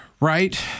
Right